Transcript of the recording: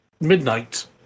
midnight